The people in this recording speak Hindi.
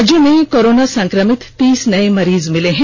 राज्य में कोरोना संक्रमित तीस नए मरीज मिले हैं